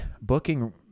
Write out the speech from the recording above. booking